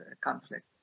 conflict